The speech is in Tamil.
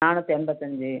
நாநூற்றி எண்பத்தஞ்சு